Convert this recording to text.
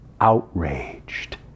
outraged